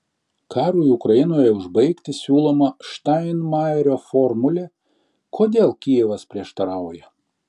karui ukrainoje užbaigti siūloma steinmeierio formulė kodėl kijevas prieštarauja